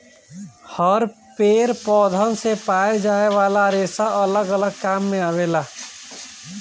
हर पेड़ पौधन से पाए जाये वाला रेसा अलग अलग काम मे आवेला